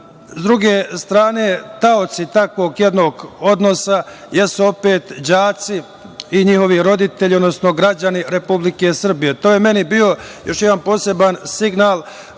druge strane taoci takvog jednog odnosa jesu opet, đaci i njihovi roditelji, odnosno građani Republike Srbije. To je meni bio još jedna poseban signal